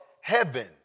heaven